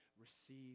Receive